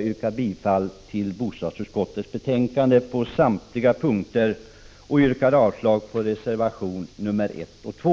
yrka bifall till bostadsutskottets hemställan på samtliga punkter och avslag på reservation 2.